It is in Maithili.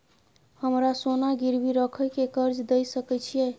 हमरा सोना गिरवी रखय के कर्ज दै सकै छिए?